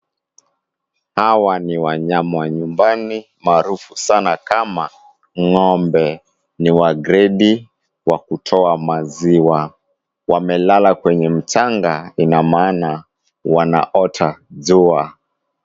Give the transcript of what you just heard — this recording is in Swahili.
Hawa ni wanayama wa nyumbani maarufu sana kama ng'ombe. Ni wa gredi wa kutoa maziwa. Wamelala kwenye mchanga, ina maana kwamba wanaota jua.